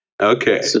Okay